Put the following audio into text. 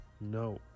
No